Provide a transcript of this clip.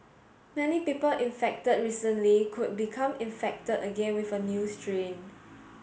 many people infected recently could become infected again with a new strain